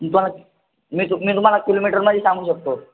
मी तुम मी तुम्हाला किलोमीटरमध्ये सांगू शकतो